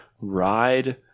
ride